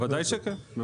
ודאי שכן.